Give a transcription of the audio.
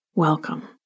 Welcome